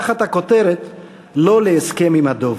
תחת הכותרת "לא להסכם עם הדוב".